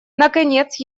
наконец